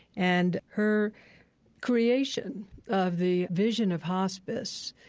and her creation of the vision of hospice,